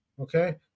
okay